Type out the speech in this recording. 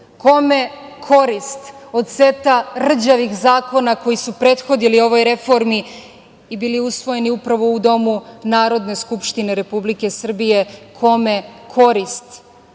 Kome korist od seta rđavih zakona koji su prethodili ovoj reformi i bili usvojeni upravo u Domu Narodne skupštine Republike Srbije? Kome korist